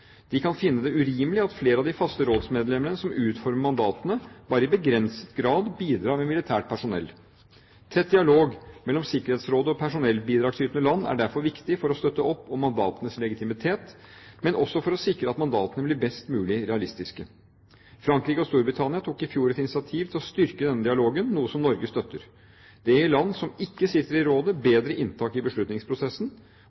De kan finne det urimelig at flere av de faste rådsmedlemmene som utformer mandatene, bare i begrenset grad bidrar med militært personell. Tett dialog mellom Sikkerhetsrådet og personellbidragsytende land er derfor viktig for å støtte opp om mandatenes legitimitet, men også for å sikre at mandatene blir mest mulig realistiske. Frankrike og Storbritannia tok i fjor et initiativ til å styrke denne dialogen – noe som Norge støtter. Det gir land som ikke sitter i Rådet,